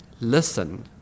listen